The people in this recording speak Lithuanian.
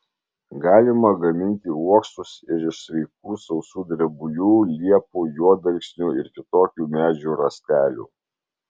galima gaminti uoksus ir iš sveikų sausų drebulių liepų juodalksnių ir kitokių medžių rąstelių